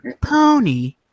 pony